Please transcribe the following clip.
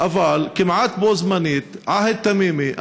אבל כמעט בו-זמנית עהד תמימי,